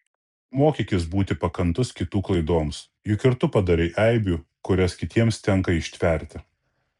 mokykis būti pakantus kitų klaidoms juk ir tu padarai eibių kurias kitiems tenka ištverti